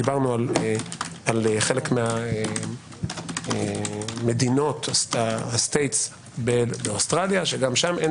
דיברנו על חלק מהמדינות באוסטרליה שגם שם אין